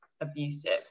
abusive